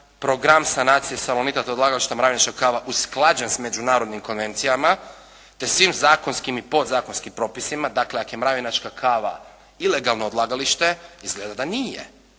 program sanacije salonita te odlagališta Mravinačka kava usklađen s međunarodnim konvencijama te svim zakonskim i podzakonskim propisima? Dakle ako je Mravinačka kava ilegalno odlagalište izgleda da nije.